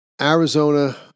Arizona